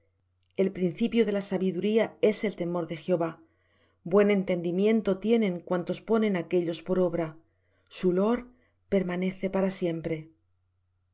el principio de la sabiduría es el temor de jehová buen entendimiento tienen cuantos ponen aquéllos por obra su loor permanece para siempre